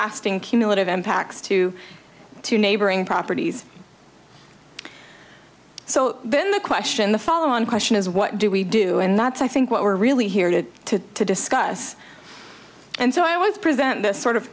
lasting cumulative impacts to two neighboring properties so then the question the follow on question is what do we do and that's i think what we're really here to to to discuss and so i was presenting this sort of